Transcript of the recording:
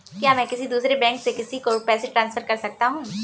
क्या मैं किसी दूसरे बैंक से किसी को पैसे ट्रांसफर कर सकता हूँ?